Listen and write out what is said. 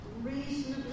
reasonably